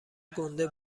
گنده